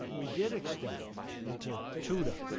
we did extend into tuda,